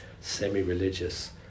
semi-religious